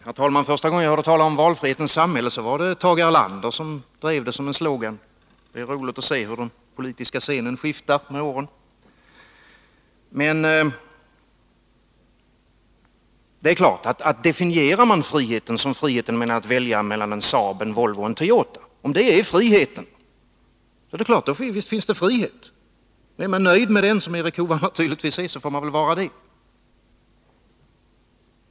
Herr talman! Första gången jag hörde talas om valfrihetens samhälle var när Tage Erlander drev det som en slogan. Det är roligt att se hur den politiska scenen skiftar med åren. Det är klart att man kan definiera frihet som att ha möjlighet att välja mellan att köpa en Saab, en Volvo eller en Toyota. Om Erik Hovhammar är nöjd med den definitionen, så får han väl vara det.